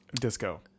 disco